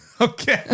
Okay